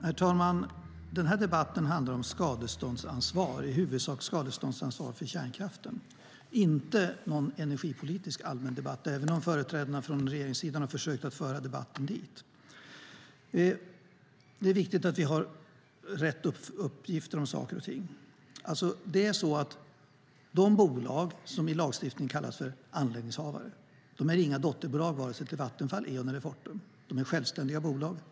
Herr talman! Den här debatten handlar om skadeståndsansvar, i huvudsak skadeståndsansvar för kärnkraften. Det är inte någon energipolitisk allmändebatt, även om företrädarna för regeringssidan har försökt att föra debatten dit. Det är viktigt att vi har rätt uppgifter om saker och ting. De bolag som i lagstiftningen kallas för anläggningshavare är inga dotterbolag till vare sig Vattenfall, Eon eller Fortum. De är självständiga bolag.